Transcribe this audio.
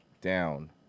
down